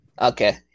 Okay